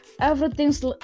everything's